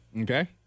Okay